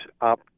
up